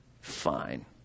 fine